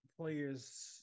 players